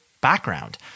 Background